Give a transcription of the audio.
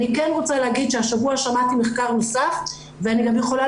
אני כן רוצה להגיד שהשבוע אני שמעתי מחקר נוסף ואני גם יכולה